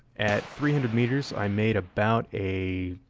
at three hundred meters i made about a,